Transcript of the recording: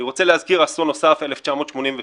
אני רוצה להזכיר אסון נוסף 1988,